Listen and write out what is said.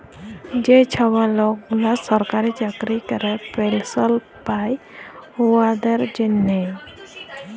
যে ছব লকগুলা সরকারি চাকরি ক্যরে পেলশল পায় উয়াদের জ্যনহে